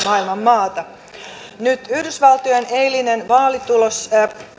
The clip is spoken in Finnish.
maailman maata nyt yhdysvaltojen eilinen vaalitulos